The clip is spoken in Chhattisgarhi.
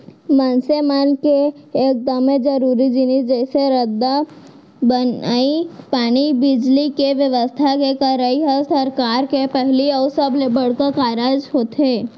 मनसे मन के एकदमे जरूरी जिनिस जइसे रद्दा बनई, पानी, बिजली, के बेवस्था के करई ह सरकार के पहिली अउ सबले बड़का कारज होथे